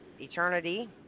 Eternity